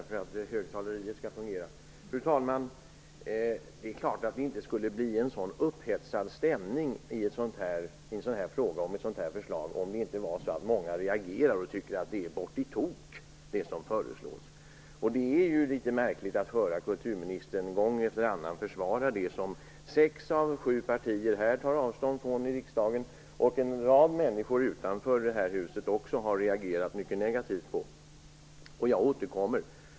Fru talman! Det är klart att det inte skulle bli en sådan upphetsad stämning i en sådan här fråga om inte många reagerade och tyckte att det som föreslås är bort i tok. Det är litet märkligt att höra kulturministern gång efter annan försvara det som sex av sju partier i riksdagen tar avstånd från och som en rad människor utanför det här huset också har reagerat mycket negativt på. Jag återkommer till det.